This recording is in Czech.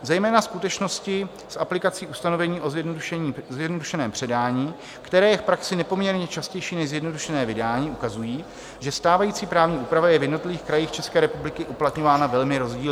Zejména skutečnosti s aplikací ustanovení o zjednodušeném předání, které je v praxi nepoměrně častější než zjednodušené vydání, ukazují, že stávající právní úprava je v jednotlivých krajích České republiky uplatňována velmi rozdílně.